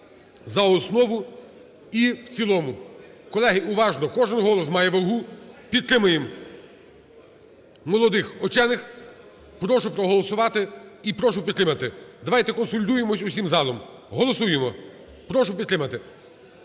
за основу і в цілому. Колеги, уважно, кожен голос має вагу, підтримаємо молодих учених. Прошу проголосувати і прошу підтримати. Давайте консолідуємося усім залом. Голосуємо, прошу підтримати,